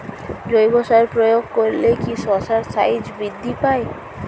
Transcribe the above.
জৈব সার প্রয়োগ করলে কি শশার সাইজ বৃদ্ধি পায়?